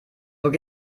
geht